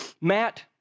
Matt